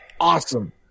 awesome